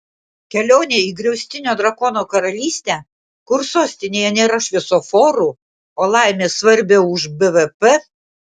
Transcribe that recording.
kelionė į griaustinio drakono karalystę kur sostinėje nėra šviesoforų o laimė svarbiau už bvp